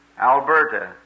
Alberta